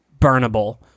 burnable